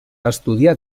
estudià